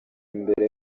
mbere